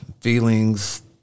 feelings